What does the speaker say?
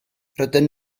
rydyn